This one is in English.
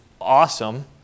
awesome